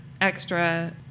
extra